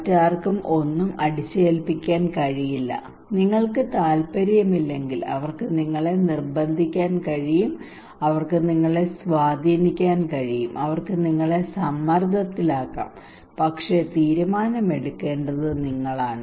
മറ്റാർക്കും ഒന്നും അടിച്ചേൽപ്പിക്കാൻ കഴിയില്ല നിങ്ങൾക്ക് താൽപ്പര്യമില്ലെങ്കിൽ അവർക്ക് നിങ്ങളെ നിർബന്ധിക്കാൻ കഴിയും അവർക്ക് നിങ്ങളെ സ്വാധീനിക്കാൻ കഴിയും അവർക്ക് നിങ്ങളെ സമ്മർദ്ദത്തിലാക്കാം പക്ഷേ തീരുമാനമെടുക്കേണ്ടത് നിങ്ങളാണ്